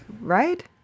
Right